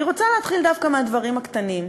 אני רוצה להתחיל דווקא מהדברים הקטנים.